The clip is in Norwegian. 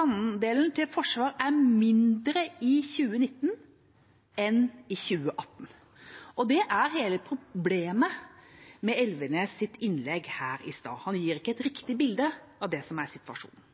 Andelen til forsvar er mindre i 2019 enn i 2018. Det er hele problemet med Elvenes’ innlegg her i stad. Han gir ikke et riktig bilde av situasjonen.